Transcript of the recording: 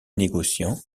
négociant